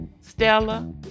Stella